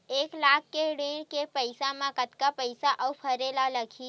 एक लाख के ऋण के पईसा म कतका पईसा आऊ भरे ला लगही?